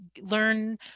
Learn